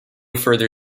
further